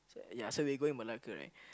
ya so they going Malacca right